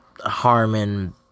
Harmon